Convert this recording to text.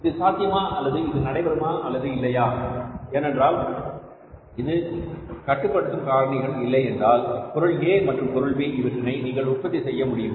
இது சாத்தியமா அல்லது இது நடைபெறுமா அல்லது இல்லையா ஏனென்றால் இதில் கட்டுப்படுத்தும் காரணிகள் இல்லை என்றால் பொருள் A மற்றும் பொருள் B இவற்றினை நீங்கள் உற்பத்தி செய்ய முடியும்